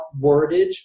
wordage